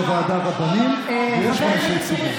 שוב, יש בוועדה רבנים ויש בה אנשי ציבור.